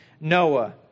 Noah